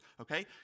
okay